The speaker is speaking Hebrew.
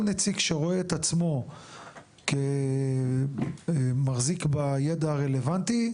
כל נציג שרואה את עצמו כמחזיק בידע הרלוונטי,